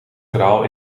verhaal